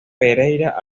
pereyra